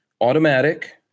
automatic